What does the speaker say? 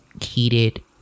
heated